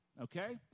Okay